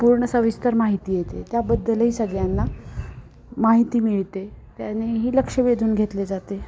पूर्ण सविस्तर माहिती येते त्याबद्दलही सगळ्यांना माहिती मिळते त्यानेही लक्ष वेधून घेतले जाते